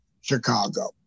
Chicago